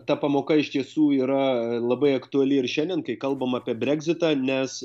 ta pamoka iš tiesų yra labai aktuali ir šiandien kai kalbam apie breksitą nes